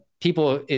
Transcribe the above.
People